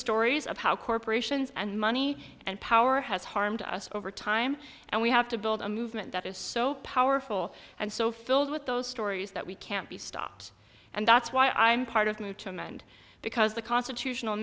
stories of how corporations and money and power has harmed us over time and we have to build a movement that is so powerful and so filled with those stories that we can't be stopped and that's why i'm part of move to amend because the constitutional